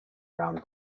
round